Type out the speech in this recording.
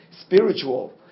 spiritual